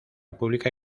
pública